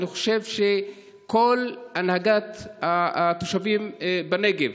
אני חושב שכל הנהגת התושבים בנגב,